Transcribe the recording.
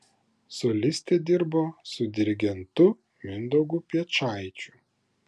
solistė dirbo su dirigentu mindaugu piečaičiu